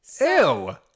Ew